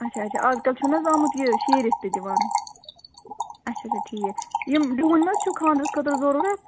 اَچھا اَچھا اَزکل چھُنا حظ آمُت یہِ شیٖرِتھ تہِ دِوان اَچھا اَچھا ٹھیٖک یِم ڈوٗنۍ ما حظ چھِو خانٛدرس خٲطرٕ ضروٗرَت